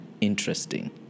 interesting